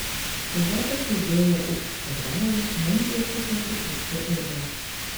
pilotas sėdėjo už šturvalo mentės sukosi tuščia eiga